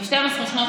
ב-12 שנות לימוד,